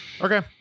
Okay